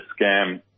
scam